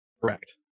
Correct